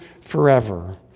forever